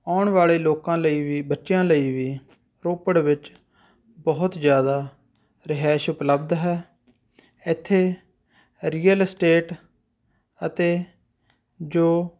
ਆਉਣ ਵਾਲੇ ਲੋਕਾਂ ਲਈ ਵੀ ਬੱਚਿਆ ਲਈ ਵੀ ਰੋਪੜ ਵਿੱਚ ਬਹੁਤ ਜ਼ਿਆਦਾ ਰਿਹਾਇਸ਼ ਉਪਲਬਧ ਹੈ ਇੱਥੇ ਰੀਅਲ ਅਸਟੇਟ ਅਤੇ ਜੋ